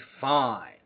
fine